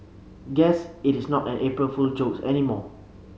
guess it is not an April Fool's joke anymore